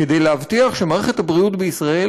כדי להבטיח שמערכת הבריאות בישראל,